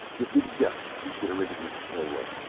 give me the desk, reiterated mrs. milroy.